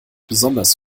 besonders